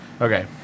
Okay